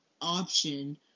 option